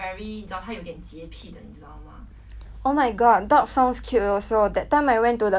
oh my god dog sounds cute also that time I went to the dog cafe also mah the dog like damn cute